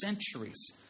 centuries